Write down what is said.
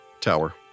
tower